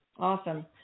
Awesome